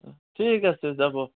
ঠিক আছে যাব